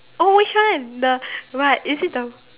oh which one the what is it the